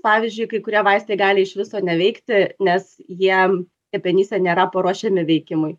pavyzdžiui kai kurie vaistai gali iš viso neveikti nes jie kepenyse nėra paruošiami veikimui